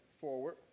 Forward